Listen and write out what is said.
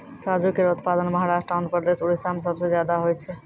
काजू केरो उत्पादन महाराष्ट्र, आंध्रप्रदेश, उड़ीसा में सबसे जादा होय छै